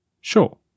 Sure